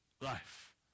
Life